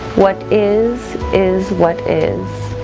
what is is what is.